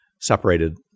separated